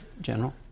general